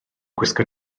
gwisgo